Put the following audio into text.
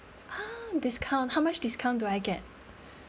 ah discount how much discount do I get